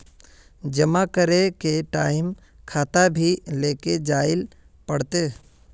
जमा करे के टाइम खाता भी लेके जाइल पड़ते?